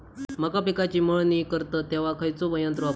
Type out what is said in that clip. मका पिकाची मळणी करतत तेव्हा खैयचो यंत्र वापरतत?